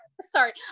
sorry